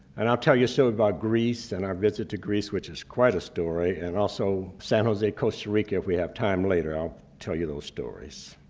and i'll tell you something so about greece and our visit to greece, which is quite a story, and also san jose, costa rica, if we have time later i'll tell you those stories.